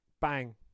bang